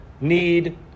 need